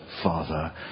Father